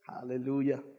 Hallelujah